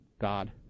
God